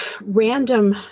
random